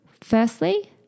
firstly